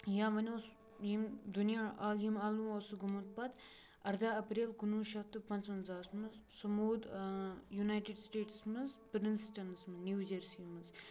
یا وَنہٕ ہوس ییٚمہِ دُنیا ییٚمہِ عالمہٕ اوس سُہ گوٚمُت پَتہٕ اَرداہ اَپریل کُنوُہ شیٚتھ تہٕ پانٛژھ وَنٛزاہَس منٛز سُہ موٗد یوٗنایٹِڑ سٹیٹَس منٛز پِرٛنسٹَنَس منٛز نیٚو جٔرسی منٛز